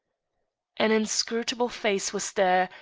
an inscrutable face was there,